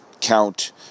count